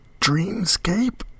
dreamscape